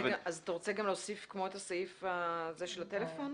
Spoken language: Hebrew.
--- אז אתה רוצה להוסיף כמו את הסעיף של הטלפון?